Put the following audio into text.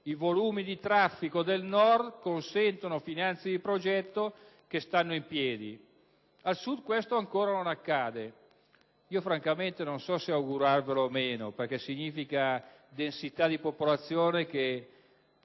i volumi di traffico del Nord consentono finanze di progetto che stanno in piedi; al Sud questo ancora non accade. Francamente non so se augurarvelo o meno, colleghi del Mezzogiorno, perché significa densità di popolazione che